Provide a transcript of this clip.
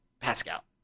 Pascal